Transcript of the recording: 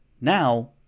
now